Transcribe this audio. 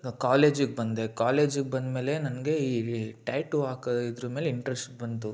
ನಾ ಕಾಲೇಜಿಗೆ ಬಂದೆ ಕಾಲೇಜಿಗೆ ಬಂದಮೇಲೆ ನನಗೆ ಈ ಟ್ಯಾಟು ಹಾಕೋ ಇದರಮೇಲೆ ಇಂಟ್ರೆಸ್ಟ್ ಬಂತು